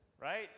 right